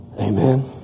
Amen